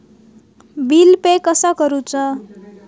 Bill pay कसा करुचा?